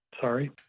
Sorry